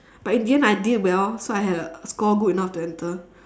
but in the end I did well so I had a score good enough to enter